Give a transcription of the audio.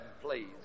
please